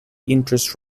interest